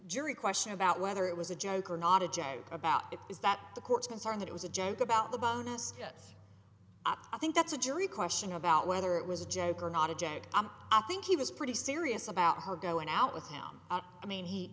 jury question about whether it was a joke or not a joke about it is that the court's concern that it was a joke about the bonus i think that's a jury question about whether it was a joke or not a jag i think he was pretty serious about her going out with him i mean he